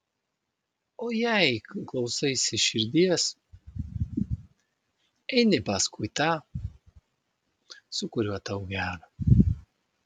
o jei klausaisi širdies eini paskui tą su kuriuo tau gera